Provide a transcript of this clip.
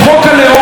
הוא אומר,